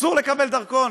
אסור לקבל דרכון?